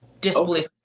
Disbelief